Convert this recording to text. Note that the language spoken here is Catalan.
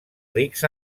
rics